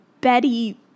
Betty